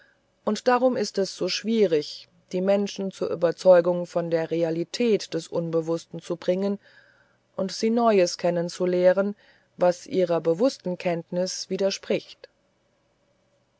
und darum ist es so schwierig die menschen zur überzeugung von der realität des unbewußten zu bringen und sie neues kennen zu lehren was ihrer bewußten kenntnis widerspricht